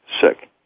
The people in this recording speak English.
sick